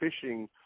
fishing